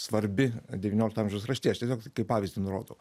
svarbi devyniolikto amžiaus raštija aš tiesiog kaip pavyzdį nurodau